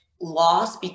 loss